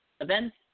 events